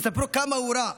יספרו כמה הוא רע,